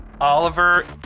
Oliver